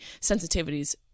sensitivities